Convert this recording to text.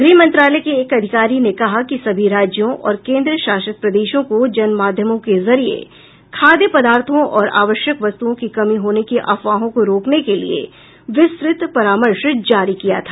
गृह मंत्रालय के एक अधिकारी ने कहा कि सभी राज्यों और केंद्र शासित प्रदेशों को जन माध्यमों के जरिये खाद्य पदार्थों और आवश्यक वस्तुओं की कमी होने की अफवाहों को रोकने के लिए विस्तृत परामर्श जारी किया था